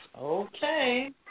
Okay